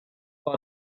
for